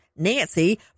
nancy